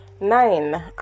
nine